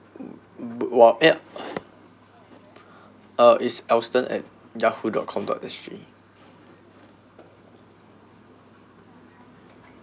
uh its alston at yahoo dot com dot s g